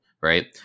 right